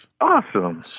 Awesome